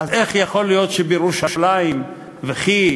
אז איך יכול להיות שבירושלים, וכי